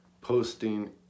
posting